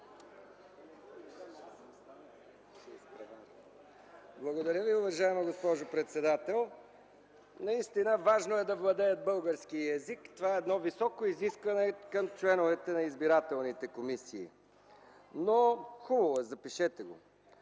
Благодаря Ви. Уважаема госпожо председател, наистина важно е да владеят български език. Това е едно високо изискване към членовете на избирателните комисии. Хубаво е, запишете го.